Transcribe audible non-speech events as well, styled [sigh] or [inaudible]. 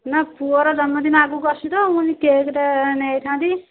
ନା ପୁଅର ଜନ୍ମଦିନ ଆଗକୁ ଅଛି ତ ମୁଁ [unintelligible] କେକ୍ଟା ନେଇଥାନ୍ତି